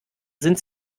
sind